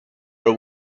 were